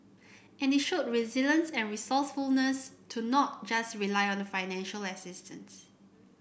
and they show resilience and resourcefulness to not just rely on the financial assistance